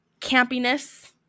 campiness